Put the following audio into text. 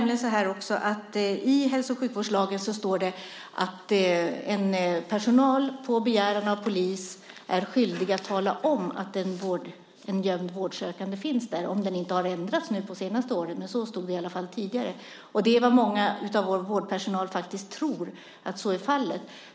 I hälso och sjukvårdslagen står det att vårdpersonal på begäran av polis är skyldig att tala om att en gömd vårdsökande finns. Så är det om inte detta har ändrats under de senaste åren. Men så stod det i alla fall tidigare. Och många i vårdpersonalen tror att så är fallet.